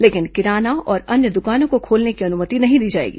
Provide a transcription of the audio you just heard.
लेकिन किराना और अन्य दुकानों को खोलने की अनुमति नहीं दी जाएगी